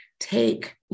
Take